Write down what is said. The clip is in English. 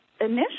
initially